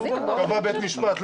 קבע בית משפט,